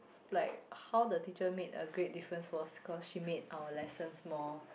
like how the teacher made a great difference was cause she made our lessons more